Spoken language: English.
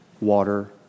water